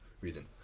reading